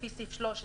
לפי סעיף 13,